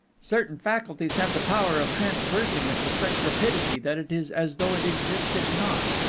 certain faculties have the power of traversing it with such rapidity that it is as though it existed not.